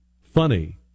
funny